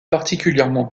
particulièrement